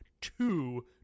two